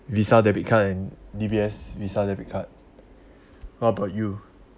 visa debit card and D_B_S visa debit card what about you